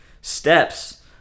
steps